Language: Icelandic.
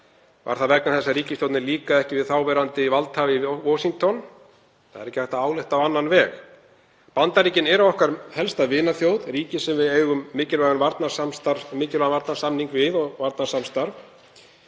Var það vegna þess að ríkisstjórninni líkaði ekki við þáverandi valdhafa í Washington? Það er ekki hægt að álykta á annan veg. Bandaríkin eru okkar helsta vinaþjóð, ríki sem við eigum mikilvægan varnarsamning við og varnarsamstarf.